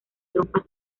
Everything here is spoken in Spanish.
trompas